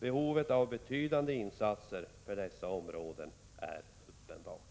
Behovet av betydande insatser för dessa områden är uppenbart.